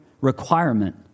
requirement